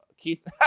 Keith